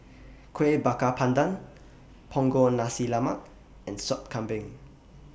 Kuih Bakar Pandan Punggol Nasi Lemak and Sup Kambing